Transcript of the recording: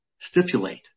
stipulate